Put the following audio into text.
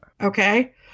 Okay